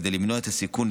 כדי למנוע את הסיכון,